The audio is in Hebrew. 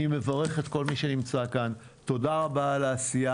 אני מברך את כל מי שנמצא כאן, תודה רבה על העשייה.